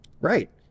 Right